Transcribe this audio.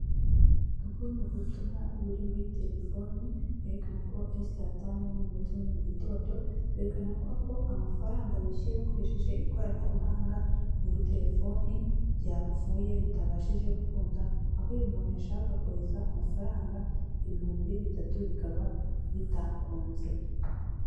Kubona ubutumwa buri muri telefoni, bwerekana ko ari saa tanu n'umunota umwe mu gitondo, berekana ko amafaranga bishyuye bakoresheje ikoranabuhanga muri telefoni byapfuye bitabashije gukunda, aho uyu muntu yashaka kohereza amafaranga ibihumbi bitatu bikaba bitakunze.